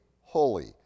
holy